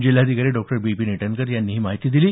जिल्हाधिकारी डॉ विपिन ईटनकर यांनी ही माहिती दिली